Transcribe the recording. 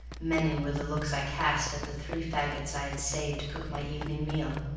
many were the looks i cast at the three faggots i had saved to cook my evening meal.